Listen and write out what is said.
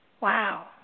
Wow